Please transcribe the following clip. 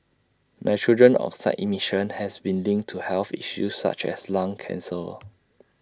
nitrogen oxide emission has been linked to health issues such as lung cancer